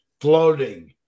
floating